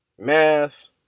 math